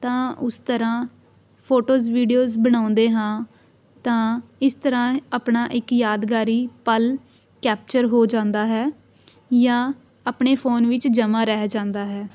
ਤਾਂ ਉਸ ਤਰ੍ਹਾਂ ਫੋਟੋਜ ਵੀਡੀਓਜ ਬਣਾਉਂਦੇ ਹਾਂ ਤਾਂ ਇਸ ਤਰ੍ਹਾਂ ਆਪਣਾ ਇੱਕ ਯਾਦਗਾਰੀ ਪਲ ਕੈਪਚਰ ਹੋ ਜਾਂਦਾ ਹੈ ਜਾਂ ਆਪਣੇ ਫੋਨ ਵਿੱਚ ਜਮ੍ਹਾਂ ਰਹਿ ਜਾਂਦਾ ਹੈ